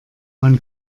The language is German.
man